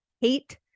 hate